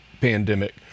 pandemic